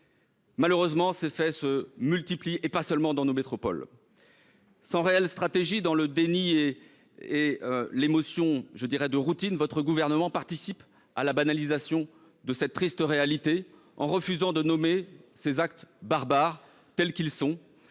Malheureusement, ces faits se multiplient, et pas seulement dans nos métropoles. Sans réelle stratégie, dans un déni et une émotion « de routine », dirais-je, votre gouvernement participe à la banalisation de cette triste réalité en refusant de nommer ces actes barbares pour ce qu'ils sont,